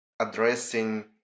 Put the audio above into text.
addressing